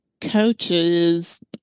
coaches